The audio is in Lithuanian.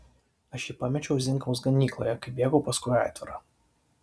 aš jį pamečiau zinkaus ganykloje kai bėgau paskui aitvarą